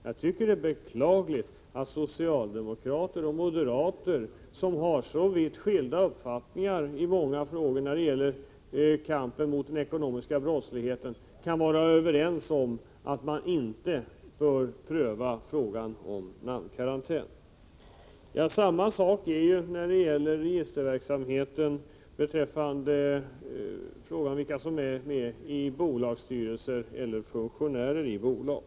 Det är därför beklagligt att socialdemokrater och moderater, som har så vitt skilda uppfattningar i många frågor då det gäller kampen mot den ekonomiska brottsligheten, kan vara överens om att vi inte bör pröva Samma sak är det med registerverksamheten och uppgifterna om vilka som sitter i bolagsstyrelser eller är funktionärer i bolag.